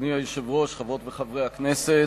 אדוני היושב-ראש, חברות וחברי הכנסת,